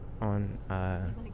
on